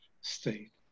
state